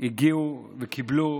הגיעו וקיבלו